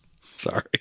Sorry